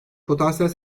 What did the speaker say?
potansiyel